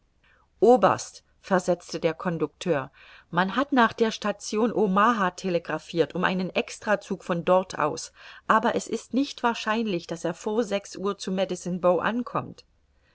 oberst versetzte der conducteur man hat nach der station omaha telegraphirt um einen extrazug von dort aus aber es ist nicht wahrscheinlich daß er vor sechs uhr zu medecine bow ankommt